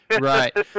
Right